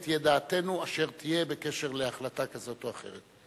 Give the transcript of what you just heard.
ותהיה דעתנו אשר תהיה בקשר להחלטה כזאת או אחרת.